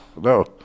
no